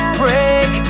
break